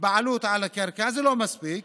בעלות על הקרקע, זה לא מספיק,